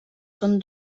són